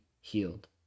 healed